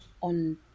on